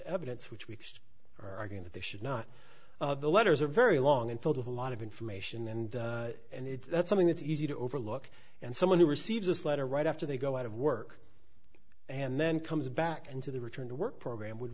evidence which we are arguing that they should not the letters are very long and filled with a lot of information and and it's something that's easy to overlook and someone who received this letter right after they go out of work and then comes back into the return to work program would